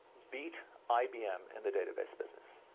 beat ibm in the database business,